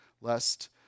lest